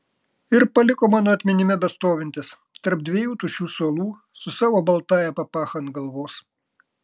ir paliko mano atminime bestovintis tarp dviejų tuščių suolų su savo baltąja papacha ant galvos